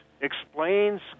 explains